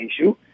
issue